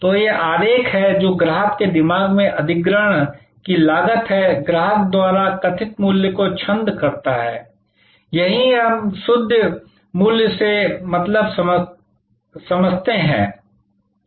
तो यह वह आरेख है जो ग्राहक के दिमाग में अधिग्रहण की लागत है ग्राहक द्वारा कथित मूल्य को छंद करता है यही हम शुद्ध मूल्य से मतलब रखते हैं